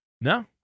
No